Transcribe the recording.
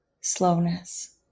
slowness